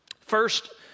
First